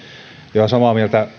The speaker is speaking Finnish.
ihan samaa mieltä